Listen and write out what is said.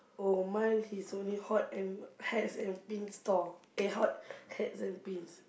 oh mine is only hot and hats and pins stall eh hot hats and pins